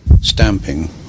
stamping